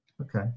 Okay